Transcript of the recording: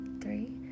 three